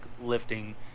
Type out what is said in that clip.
lifting